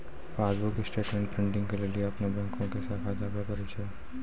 passbook statement printing के लेली अपनो बैंको के शाखा जाबे परै छै